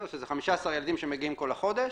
שזה 15 ילדים שמגיעים כל החודש,